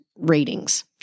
Ratings